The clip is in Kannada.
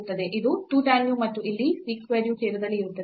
ಇದು 2 tan u ಮತ್ತು ಇಲ್ಲಿ sec square u ಛೇದದಲ್ಲಿ ಇರುತ್ತದೆ